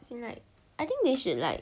as in like I think they should like